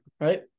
right